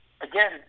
again